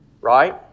right